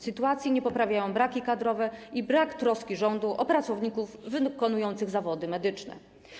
Sytuacji nie poprawiają braki kadrowe i brak troski rządu o pracowników wykonujących zawody medyczne.